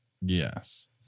Yes